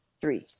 Three